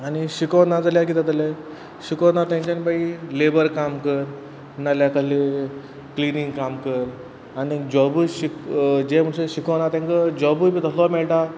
आनी शिको नाजाल्या किदें जातलें शिकूना तेंच्यांनी मागीर लेबर काम कर नाजाल्यार कसलेंय हें क्लिनींग काम कर आनी जॉबूय जे शिकूना तांकां जॉबूय बी तसलो मेळटा